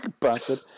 bastard